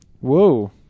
Whoa